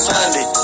Sunday